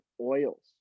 oils